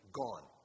gone